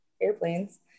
airplanes